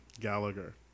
Gallagher